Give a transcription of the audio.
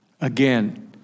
Again